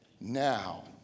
now